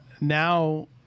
now